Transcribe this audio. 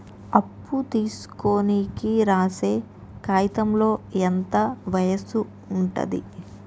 అప్పు తీసుకోనికి రాసే కాయితంలో ఎంత వయసు ఉంటది?